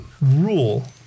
rule